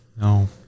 no